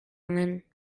nen